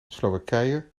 slowakije